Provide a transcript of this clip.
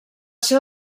ser